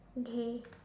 okay